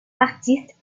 artiste